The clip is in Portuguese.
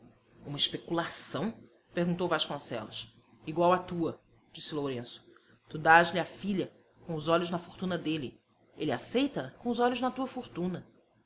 uma especulação perguntou vasconcelos igual à tua disse lourenço tu dás-lhe a filha com os olhos na fortuna dele ele aceita a com os olhos na tua fortuna